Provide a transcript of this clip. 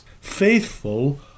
Faithful